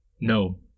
No